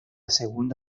segunda